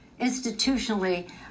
institutionally